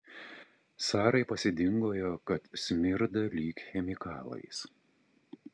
sarai pasidingojo kad smirda lyg chemikalais